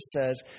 says